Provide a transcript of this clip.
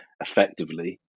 effectively